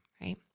right